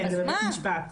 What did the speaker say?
כן, זה בבית משפט.